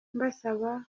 mbasaba